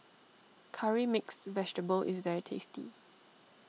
Curry Mixed Vegetable is very tasty